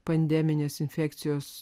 pandeminės infekcijos